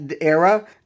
era